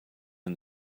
and